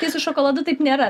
tai su šokoladu taip nėra